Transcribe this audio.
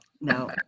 no